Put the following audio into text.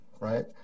right